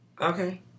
okay